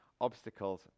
obstacles